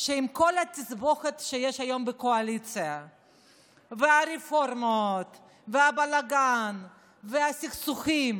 שעם כל התסבוכת שיש היום בקואליציה והרפורמות והבלגן והסכסוכים,